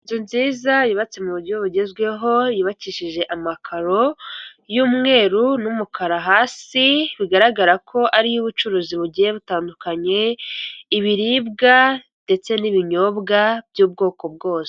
Inzu nziza yubatse mu buryo bugezweho yubakishije amakaro y'umweru, n'umukara hasi bigaragara ko ari iy'ubucuruzi bugiye butandukanye, ibiribwa ndetse n'ibinyobwa by'ubwoko bwose.